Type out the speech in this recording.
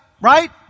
Right